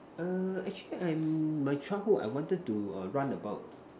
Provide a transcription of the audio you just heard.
err actually I'm my childhood I wanted to err run about